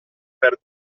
per